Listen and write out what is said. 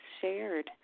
shared